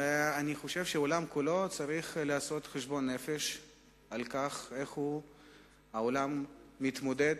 ואני חושב שהעולם כולו צריך לעשות חשבון נפש על איך העולם מתמודד